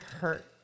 hurt